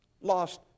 lost